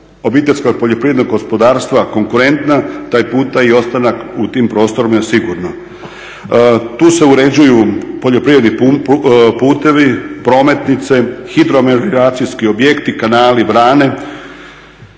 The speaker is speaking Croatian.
obiteljska poljoprivredna gospodarstva konkurentna, taj puta i ostanak u tim prostorima je sigurno. Tu se uređuju poljoprivredni putevi, prometnice, … objekti, kanali, brane,